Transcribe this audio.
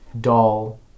doll